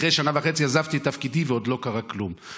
אחרי שנה וחצי עזבתי את תפקידי ועוד לא קרה כלום.